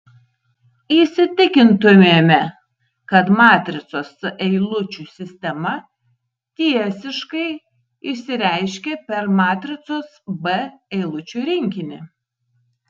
įsitikintumėme kad matricos c eilučių sistema tiesiškai išsireiškia per matricos b eilučių rinkinį